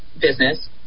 business